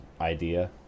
idea